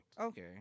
okay